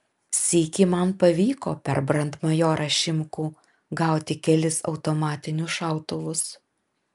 sykį man pavyko per brandmajorą šimkų gauti kelis automatinius šautuvus